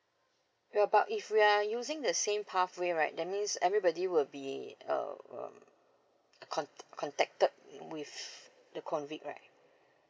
ya but if we are using the same pathway right that means everybody will be um contact contacted with the COVID right